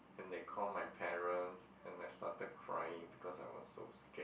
then they call my parents and I started crying cause I was so scared